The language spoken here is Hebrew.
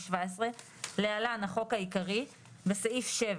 התשע"ח 2017 (להלן: החוק העיקרי) בסעיף 7: